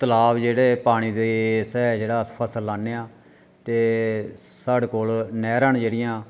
तलाऽ जेह्ड़े पानी दे इत्थै जेह्ड़ा अस फसल लान्ने आं ते साढ़े कोल नैह्रां न जेह्ड़ियां